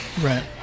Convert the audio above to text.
right